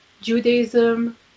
judaism